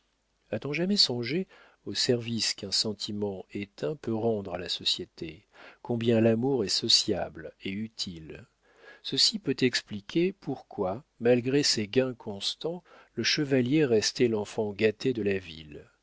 a-t-on jamais songé aux services qu'un sentiment éteint peut rendre à la société combien l'amour est sociable et utile ceci peut expliquer pourquoi malgré ses gains constants le chevalier restait l'enfant gâté de la ville